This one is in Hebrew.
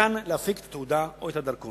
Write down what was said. ואפשר להפיק את התעודה או את הדרכון.